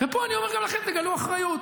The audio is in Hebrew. פה אני אומר גם לכם: תגלו אחריות.